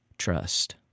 trust